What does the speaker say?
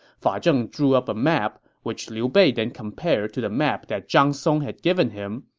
fa zheng drew up a map, which liu bei then compared to the map that zhang song had given him,